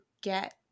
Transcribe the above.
get